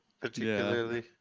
particularly